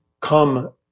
come